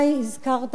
הזכרת אותם,